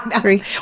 Three